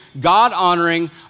God-honoring